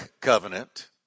covenant